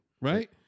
Right